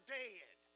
dead